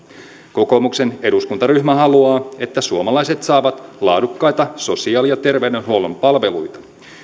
kokoomuksen eduskuntaryhmä haluaa että suomalaiset saavat laadukkaita sosiaali ja terveydenhuollon palveluita